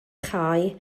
chau